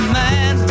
man